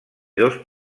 dos